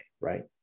right